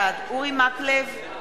בעד אורי מקלב,